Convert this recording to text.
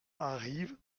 arrivent